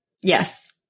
Yes